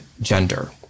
gender